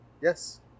Yes